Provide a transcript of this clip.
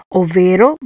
ovvero